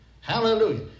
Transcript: Hallelujah